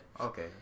Okay